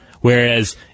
Whereas